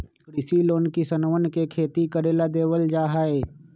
कृषि लोन किसनवन के खेती करे ला देवल जा हई